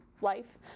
life